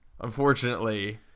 Unfortunately